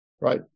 right